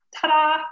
Ta-da